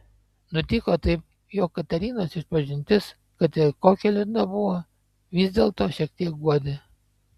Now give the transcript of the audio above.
nutiko taip jog katerinos išpažintis kad ir kokia liūdna buvo vis dėlto šiek tiek guodė